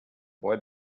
boy